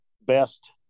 best